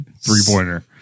three-pointer